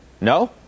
No